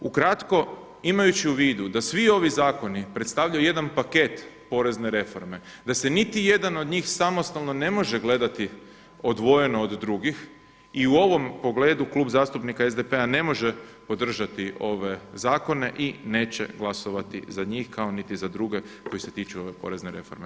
Ukratko, imajući u vidu da svi ovi zakoni predstavljaju jedan paket porezne reforme, da se niti jedan od njih samostalno ne može gledati odvojeno od drugih, i u ovom pogledu Klub zastupnika SDP-a ne može podržati ove zakone i neće glasovati za njih kao niti za druge koji se tiču ove porezne reforme.